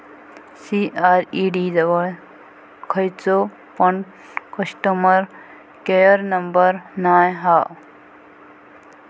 CRED जवळ खयचो पण कस्टमर केयर नंबर नाय हा